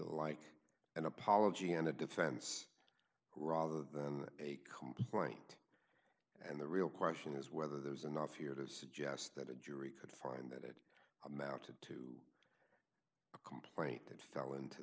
like an apology and a defense rather than a complaint and the real question is whether there's enough here to suggest that a jury could find that it amounted to a complaint that fell into